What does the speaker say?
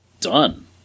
done